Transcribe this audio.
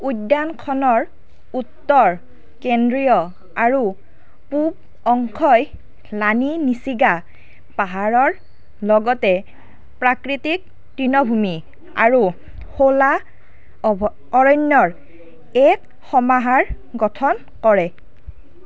উদ্যানখনৰ উত্তৰ কেন্দ্ৰীয় আৰু পূব অংশই লানি নিছিগা পাহাৰৰ লগতে প্ৰাকৃতিক তৃণভূমি আৰু শোলা অভ অৰণ্যৰ এক সমাহাৰ গঠন কৰে